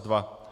2.